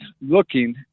looking